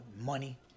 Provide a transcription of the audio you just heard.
Money